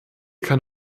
kann